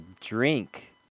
drink